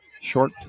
Short